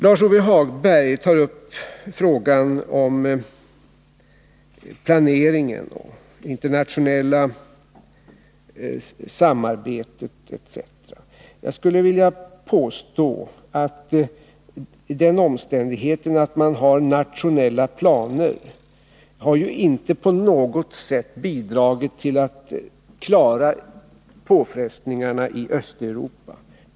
Lars-Ove Hagberg tar upp frågan om planeringen, det internationella samarbetet etc. Den omständigheten att man har nationella planer har inte på något sätt bidragit till att klara påfrestningarna i Östeuropa.